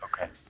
okay